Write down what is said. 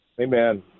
Amen